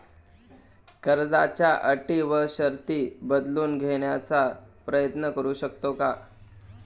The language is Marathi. कर्जाच्या अटी व शर्ती बदलून घेण्याचा प्रयत्न करू शकतो का?